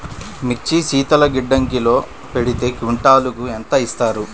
మిర్చి శీతల గిడ్డంగిలో పెడితే క్వింటాలుకు ఎంత ఇస్తారు?